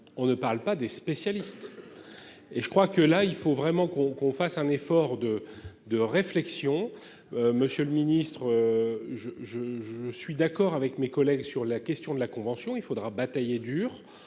et pas des spécialistes ... Nous devons vraiment faire un effort de réflexion. Monsieur le ministre, je suis d'accord avec mes collègues sur la question de la convention. Il faudra batailler dur